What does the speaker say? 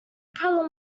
problem